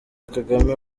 kagame